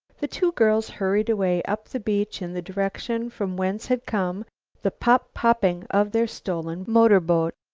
the two girls hurried away up the beach in the direction from whence had come the pop-popping of their stolen motorboat.